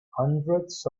hundreds